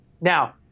Now